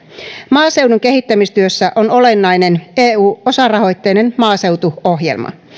maaseudun kehittämistyössä olennainen on eu osarahoitteinen maaseutuohjelma